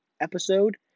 episode